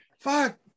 fuck